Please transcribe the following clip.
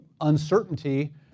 uncertainty